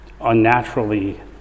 unnaturally